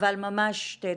אבל ממש שתי דקות,